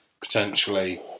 potentially